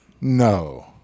No